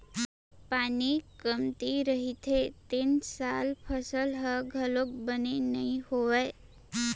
पानी कमती रहिथे तेन साल फसल ह घलोक बने नइ होवय